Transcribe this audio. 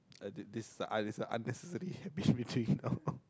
uh this this is a it's a unnecessary